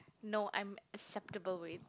no I'm acceptable weight